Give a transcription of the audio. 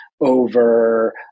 over